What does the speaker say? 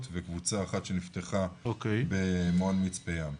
וקבוצה אחת שנפתחה במעון 'מצפה ים'.